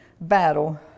battle